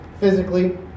physically